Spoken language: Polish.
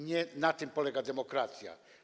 Nie na tym polega demokracja.